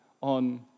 on